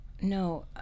No